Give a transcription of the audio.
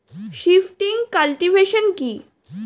Shifting cultivation কি?